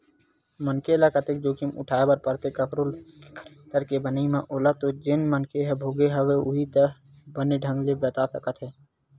मनखे ल कतेक जोखिम उठाय बर परथे कखरो लोन के गारेंटर के बनई म ओला तो जेन मनखे ह भोगे हवय उहीं ह बने ढंग ले बता सकत हे